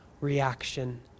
reaction